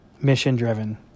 mission-driven